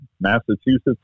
Massachusetts